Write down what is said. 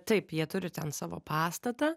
taip jie turi ten savo pastatą